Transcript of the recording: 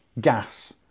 gas